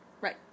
Right